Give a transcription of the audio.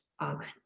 Amen